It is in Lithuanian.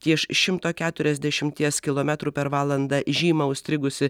ties šimto keturiasdešimties kilometrų per valandą žyma užstrigusi